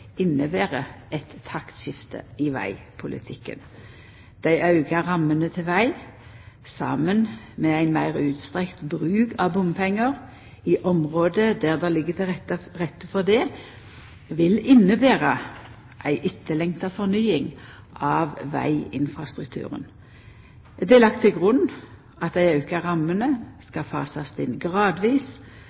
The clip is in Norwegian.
eit taktskifte i vegpolitikken. Dei auka rammene til veg, saman med ein meir utstrekt bruk av bompengar i område der det ligg til rette for det, vil innebera ei etterlengta fornying av veginfrastrukturen. Det er lagt til grunn at dei auka rammene skal fasast inn gradvis.